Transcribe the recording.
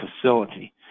facility